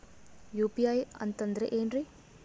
UPI ಅಂತಂದ್ರೆ ಏನ್ರೀ?